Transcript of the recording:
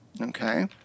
Okay